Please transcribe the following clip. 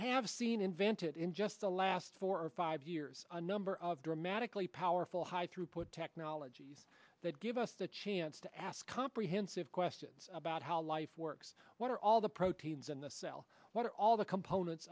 have seen invented in just the last four or five years a number of dramatically powerful high throughput technologies that give us the chance to ask comprehensive questions about how life works what are all the proteins in the cell what are all the components